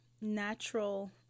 natural